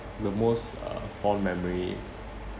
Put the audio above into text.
the most uh fond memory